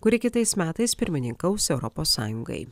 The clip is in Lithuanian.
kuri kitais metais pirmininkaus europos sąjungai